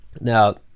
Now